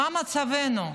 מה מצבנו?